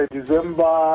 December